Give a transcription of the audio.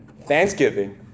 Thanksgiving